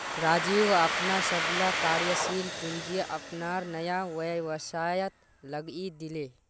राजीव अपनार सबला कार्यशील पूँजी अपनार नया व्यवसायत लगइ दीले